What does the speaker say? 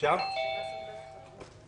האחד עוסק בשירות בתי הסוהר